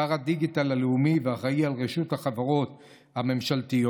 שר הדיגיטל הלאומי והאחראי לרשות החברות הממשלתיות,